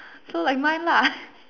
so like mine lah